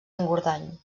engordany